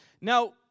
Now